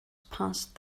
passed